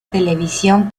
televisión